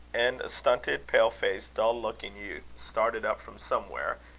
and a stunted, pale-faced, dull-looking youth started up from somewhere,